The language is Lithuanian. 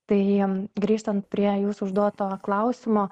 tai grįžtant prie jūsų užduoto klausimo